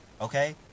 okay